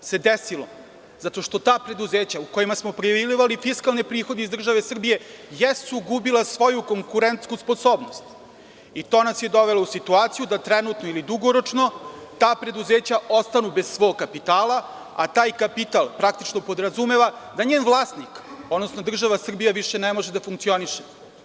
U stvari, sve ovo se desilo zato što ta preduzeća u kojima smo prelivali fiskalni prihod iz države Srbije jesu gubila svoju konkurentsku sposobnost i to nas je dovelo u situaciju da trenutno ili dugoročno ta preduzeća ostanu bez svog kapitala, a taj kapital praktično podrazumeva da njen vlasnik, odnosno država Srbija, više ne može da funkcioniše.